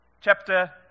chapter